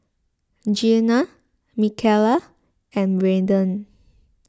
Gena Mikaela and Braeden